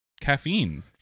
caffeine